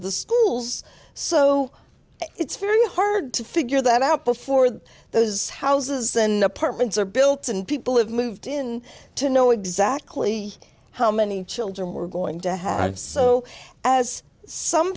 the schools so it's very hard to figure that out before those houses and apartments are built and people have moved in to know exactly how many children we're going to have so as some